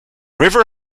river